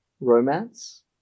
romance